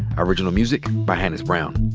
original music by hannis brown.